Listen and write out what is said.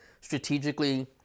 strategically